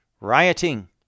Rioting